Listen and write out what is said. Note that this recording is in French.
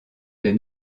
des